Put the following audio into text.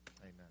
Amen